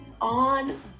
on